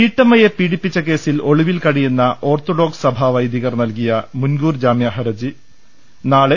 വീട്ടമ്മയെ പീഡിപ്പിച്ച കേസിൽ ഒളിവിൽ കഴിയുന്ന ഓർത്തഡോക്സ് സഭാവൈദികർ നൽകിയ മുൻകൂർ ജാമ്യഹരജി നൽകി